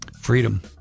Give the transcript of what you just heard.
Freedom